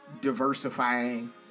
diversifying